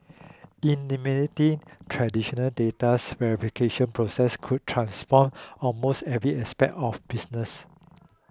eliminating traditional datas verification processes could transform almost every aspect of business